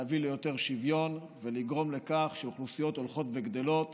להביא ליותר שוויון ולגרום לכך שאוכלוסיות הולכות וגדלות